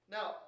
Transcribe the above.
Now